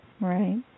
Right